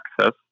access